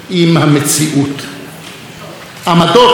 עמדות טהרניות יפות אולי לפילוסופים.